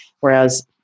Whereas